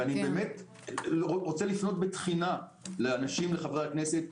אני רוצה לפנות בתחינה לאנשים, לחברי הכנסת.